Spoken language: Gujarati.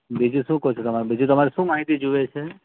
બીજું શું કહો છો તમે બીજું તમારે શું માહિતી જોઈએ છે